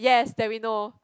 yes that we know